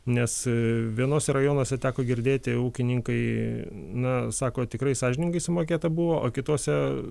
nes vienuose rajonuose teko girdėti ūkininkai na sako tikrai sąžiningai sumokėta buvo o kituose